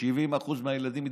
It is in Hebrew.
70% מהילדים מתבוללים.